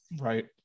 Right